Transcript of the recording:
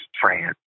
France